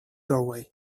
doorway